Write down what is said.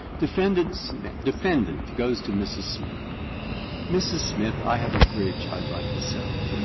defendants defendant goes to mrs. smith mrs. smith, i have a bridge i'd like to sell you.